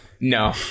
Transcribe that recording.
No